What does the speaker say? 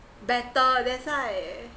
better that's why